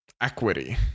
equity